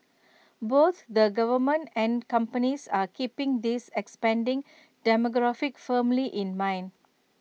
both the government and companies are keeping this expanding demographic firmly in mind